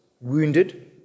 wounded